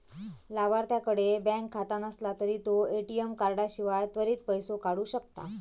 लाभार्थ्याकडे बँक खाता नसला तरी तो ए.टी.एम कार्डाशिवाय त्वरित पैसो काढू शकता